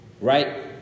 Right